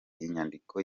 inyandiko